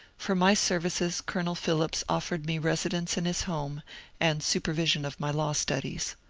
for my ser vices colonel phillips offered me residence in his home and supervision of my law studies.